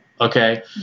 Okay